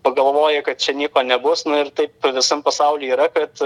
pagalvoja kad čia nieko nebus ir taip visam pasauly yra kad